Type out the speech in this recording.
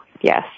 Yes